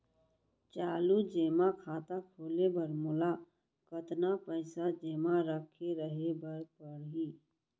चालू जेमा खाता खोले बर मोला कतना पइसा जेमा रखे रहे बर पड़ही?